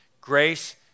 Grace